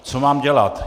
Co mám dělat?